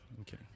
okay